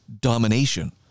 domination